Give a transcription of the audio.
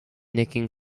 nicking